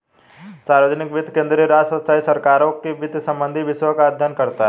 सार्वजनिक वित्त केंद्रीय, राज्य, स्थाई सरकारों के वित्त संबंधी विषयों का अध्ययन करता हैं